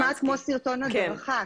סרטון הדרכה.